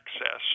access